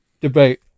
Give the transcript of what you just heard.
debate